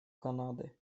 канады